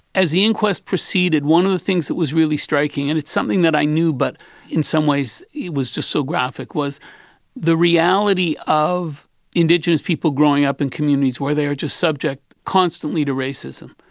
as the inquest proceeded, one of the things that was really striking, and it's something that i knew but in some ways it was just so graphic, was the reality of indigenous people growing up in communities where they are just subject constantly to racism.